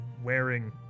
Wearing